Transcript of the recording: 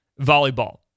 volleyball